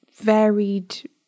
varied